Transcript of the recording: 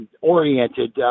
oriented